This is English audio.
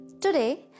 Today